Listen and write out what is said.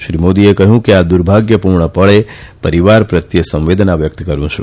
શ્રી મોદીએ કહયું કે આ દુર્ભાગ્યપુર્ણ પળે પરીવાર પ્રત્યે સંવેદના વ્યકત કરૂ છું